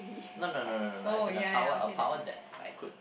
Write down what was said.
no no no no no as in a power a power that I could